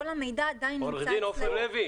כל המידע עדיין נמצא אצלו.